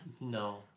No